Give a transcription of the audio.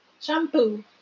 Shampoo